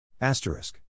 asterisk